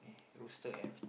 roster App